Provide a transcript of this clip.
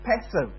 passive